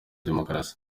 demokarasi